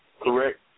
correct